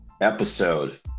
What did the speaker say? episode